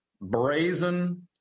brazen